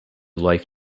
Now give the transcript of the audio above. life